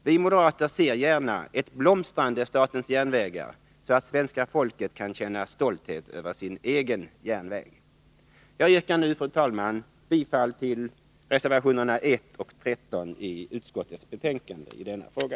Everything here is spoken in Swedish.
Vi moderater ser gärna ett blomstrande statens järnvägar, så att svenska folket kan känna stolthet över sin egen järnväg. Jag yrkar nu, fru talman, bifall till reservationerna 1 och 13 i utskottets betänkande i denna fråga.